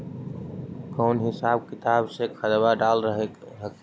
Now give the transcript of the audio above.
कौन हिसाब किताब से खदबा डाल हखिन?